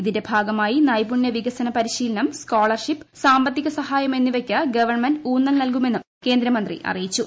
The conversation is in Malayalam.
ഇതിന്റെ ഭാഗമായി നൈപുണ്യ വികസന പരിശീലനം സ്കോളർഷിപ്പ് സാമ്പത്തിക സഹായം എന്നിവയ്ക്ക് ഗവൺമെന്റ് ഊന്നൽ നൽകുമെന്നും കേന്ദ്രമന്ത്രി അറിയിച്ചു